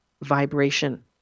vibration